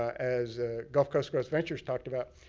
as gulf coast coast ventures talked about,